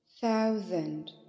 thousand